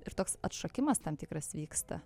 ir toks atšokimas tam tikras vyksta